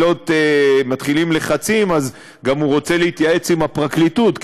וכשמתחילים לחצים הוא גם רוצה להתייעץ עם הפרקליטות,